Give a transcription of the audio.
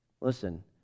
Listen